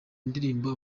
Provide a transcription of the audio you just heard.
ndirimbo